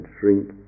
shrink